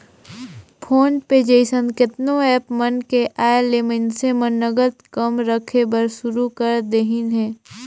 phone पे जइसन केतनो app मन के आयले मइनसे मन नगद कम रखे बर सुरू कर देहिन हे